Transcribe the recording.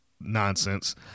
nonsense